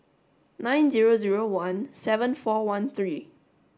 nine zero zero one seven four one three